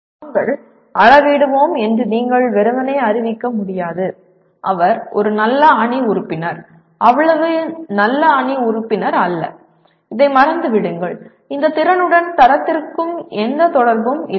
நாங்கள் அளவிடுவோம் என்று நீங்கள் வெறுமனே அறிவிக்க முடியாது அவர் ஒரு நல்ல அணி உறுப்பினர் அவ்வளவு நல்ல அணி உறுப்பினர் அல்ல இதை மறந்துவிடுங்கள் இந்த திறனுடன் தரத்திற்கும் எந்த தொடர்பும் இல்லை